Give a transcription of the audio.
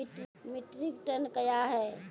Metric ton कया हैं?